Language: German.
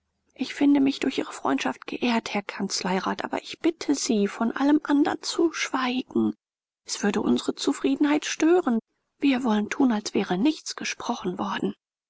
ich finde mich durch ihre freundschaft geehrt herr kanzleirat aber ich bitte sie von allem andern zu schweigen es würde unsere zufriedenheit stören wir wollen tun als wäre nichts gesprochen worden